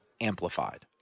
amplified